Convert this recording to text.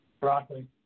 broccoli